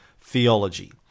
theology